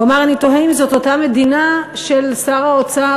הוא אמר: אני תוהה אם זאת אותה מדינה של שר האוצר,